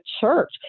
church